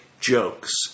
jokes